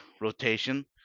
rotation